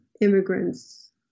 immigrants